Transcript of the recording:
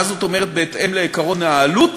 מה זאת אומרת בהתאם לעקרון העלות?